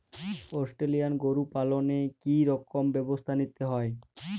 Australian গরু পালনে কি রকম ব্যবস্থা নিতে হয়?